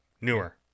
Newer